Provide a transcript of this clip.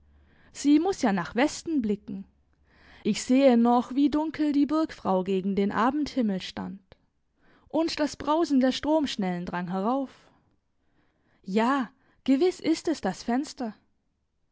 sie muß ja nach westen blicken ich sehe noch wie dunkel die burgfrau gegen den abendhimmel stand und das brausen der stromschnellen drang herauf ja gewiß ist es das fenster